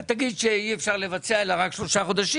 אתה תגיד שאי אפשר לבצע אלא רק 3 חודשים,